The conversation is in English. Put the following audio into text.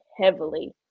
heavily